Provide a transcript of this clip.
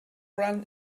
run